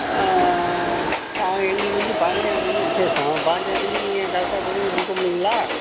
எங்களுக்கு வந்து பயாஞ்சாந்தேதி விசேஷம் பயாஞ்சாந்தேதி நீங்கள் கரெக்டா டெலிவரி கொடுக்க முடியுங்களா